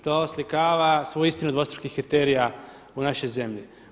To oslikava svu istinu dvostrukih kriterija u našoj zemlji.